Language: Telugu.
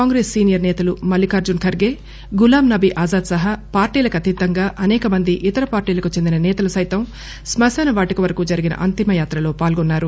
కాంగ్రెస్ సీనియర్ సేతలు మల్లికార్జున ఖర్గే గులాంనబీ ఆజాద్ సహా పార్టీలకతీతంగా అసేకమంది ఇతర పార్టీలకు చెందిన సేతలు సైతం స్మ శాన వాటిక వరకు జరిగిన అంతిమయాత్రలో పాల్గొన్నారు